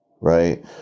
Right